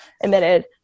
emitted